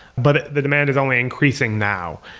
but the demand is only increasing now.